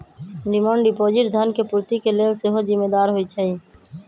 demand deposit धन के पूर्ति के लेल सेहो जिम्मेदार होइ छइ